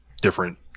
different